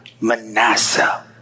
Manasseh